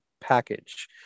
package